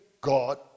god